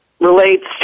relates